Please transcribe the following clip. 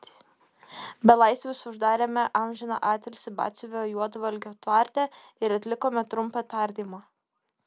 belaisvius uždarėme amžiną atilsį batsiuvio juodvalkio tvarte ir atlikome trumpą tardymą